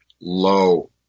low